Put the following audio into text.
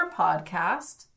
podcast